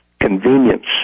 convenience